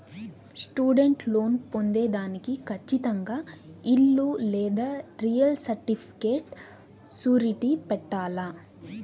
student loan పొందేదానికి కచ్చితంగా ఇల్లు లేదా రియల్ సర్టిఫికేట్ సూరిటీ పెట్టాల్ల